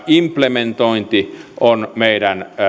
implementointi on meidän